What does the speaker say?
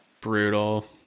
Brutal